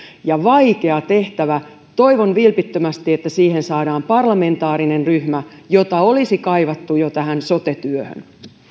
ja vaikea tehtävä toivon vilpittömästi että siihen saadaan parlamentaarinen ryhmä jota olisi kaivattu jo tähän sote työhön